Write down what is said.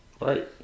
Right